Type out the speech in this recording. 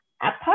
Apart